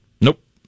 Nope